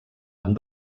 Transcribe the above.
amb